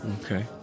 Okay